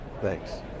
Thanks